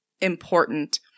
important